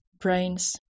Brains